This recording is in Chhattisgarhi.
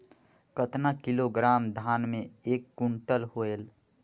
कतना किलोग्राम धान मे एक कुंटल होयल?